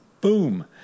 Boom